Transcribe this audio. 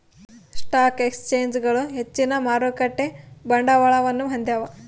stock ಎಕ್ಸ್ಚೇಂಜ್ಗಳು ಹೆಚ್ಚಿನ ಮಾರುಕಟ್ಟೆ ಬಂಡವಾಳವನ್ನು ಹೊಂದ್ಯಾವ